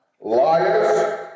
liars